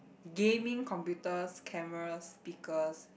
gaming computers cameras speakers